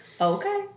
okay